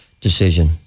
decision